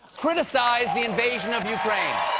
criticize the invasion of ukraine.